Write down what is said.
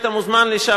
היית מוזמן לשם,